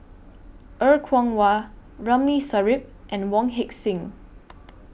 Er Kwong Wah Ramli Sarip and Wong Heck Sing